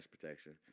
protection